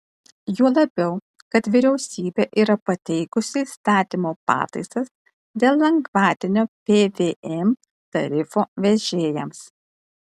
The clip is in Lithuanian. juo labiau kad vyriausybė yra pateikusi įstatymo pataisas dėl lengvatinio pvm tarifo vežėjams